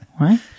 right